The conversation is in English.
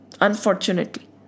Unfortunately